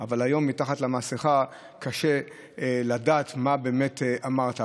אבל היום מתחת למסכה קשה לדעת מה באמת אמרת.